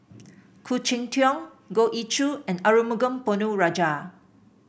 Khoo Cheng Tiong Goh Ee Choo and Arumugam Ponnu Rajah